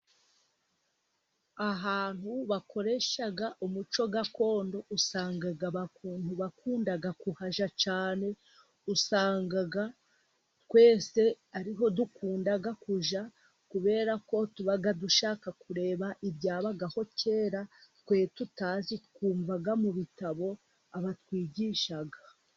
Ahantu bakoresha umuco gakondo, usanga bakunda kuhajya cyane, usanga twese ariho dukunda kujya kubera ko tuba dushaka kureba ibyabagaho kera twe tutazi twumva mu bitabo abatwigisha.